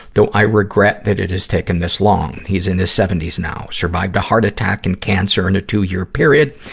though i regret that it has taken this long. he's in his seventy s now, survived a heart attack and cancer in a two-year period,